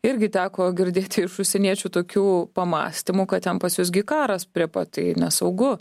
irgi teko girdėti iš užsieniečių tokių pamąstymų kad ten pas jus gi karas prie pat nesaugu